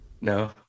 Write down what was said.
No